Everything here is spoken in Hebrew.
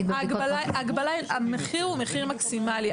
בבדיקות --- המחיר הוא מחיר מקסימלי.